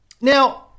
Now